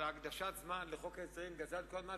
אבל הקדשת הזמן לחוק ההסדרים גזלה כל כך הרבה,